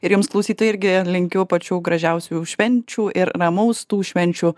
ir jums klausytojai irgi linkiu pačių gražiausių švenčių ir ramaus tų švenčių